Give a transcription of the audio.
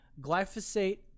glyphosate